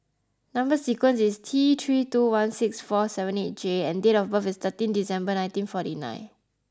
number sequence is T three two one six four seven eight J and date of birth is thirteen December nineteen and forty nine